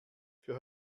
für